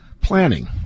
planning